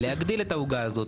להגדיל את העוגה הזאת.